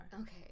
Okay